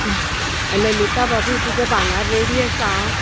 कोण ललिता बाबी तुज्या भांगार रेडी आसा हां